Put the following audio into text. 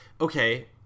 okay